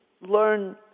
learn